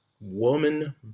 woman